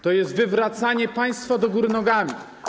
To jest wywracanie państwa do góry nogami.